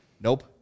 nope